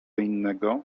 innego